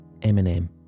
Eminem